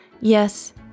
Yes